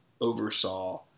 oversaw